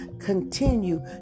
continue